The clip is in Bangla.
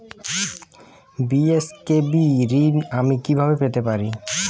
বি.এস.কে.বি ঋণ আমি কিভাবে পেতে পারি?